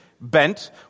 bent